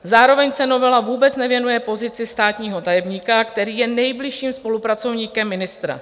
Zároveň se novela vůbec nevěnuje pozici státního tajemníka, který je nejbližším spolupracovníkem ministra.